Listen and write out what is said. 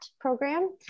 program